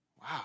Wow